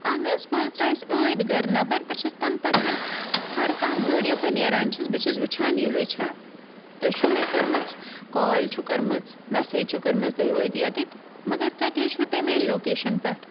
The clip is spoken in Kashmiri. اہن حظ بہٕ حظ درٛایَس ٲدۍ گَرِ نٮ۪بر بہٕ چھَس تَنہٕ پٮ۪ٹھ ہَر کانٛہہ گٲڑۍ یَپٲرۍ نیران چھَس بہٕ چھَس وٕچھان یِہٕے چھا تُہۍ چھِو مےٚ کٔرمٕژ کال چھِ کٔرمٕژ میسیج چھِ کٔرمٕژ تُہۍ وٲتِو یوٚتتھ مگر کَتہِ حظ چھُو تۄہہِ میٛانہِ لوکیشَن پٮ۪ٹھ